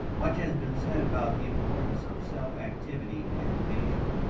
much has been said about the importance of self-activity in education,